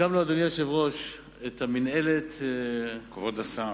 הקמנו, אדוני היושב-ראש, את המינהלת, כבוד השר,